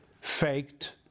faked